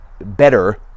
better